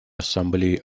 ассамблее